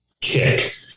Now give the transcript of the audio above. kick